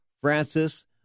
Francis